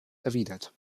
erwidert